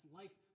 life